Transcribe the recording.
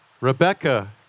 Rebecca